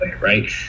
right